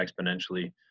exponentially